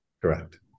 Correct